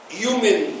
human